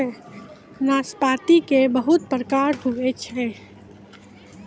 नाशपाती के बहुत प्रकार होय छै